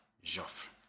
Joffre